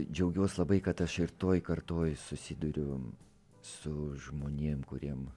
džiaugiuos labai kad aš ir toj kartoj susiduriu su žmonėm kuriem